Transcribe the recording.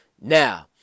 Now